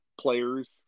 players